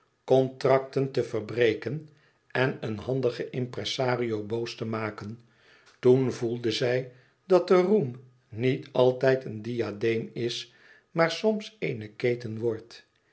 contracten te verbreken en een handigen impresario boos te maken toen voelde zij dat de roem niet altijd een diadeem is maar soms eene keten wordt